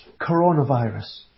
coronavirus